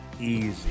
Easy